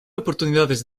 oportunidades